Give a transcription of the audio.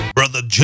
Brother